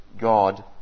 God